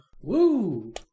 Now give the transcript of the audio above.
Woo